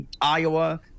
Iowa